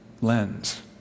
lens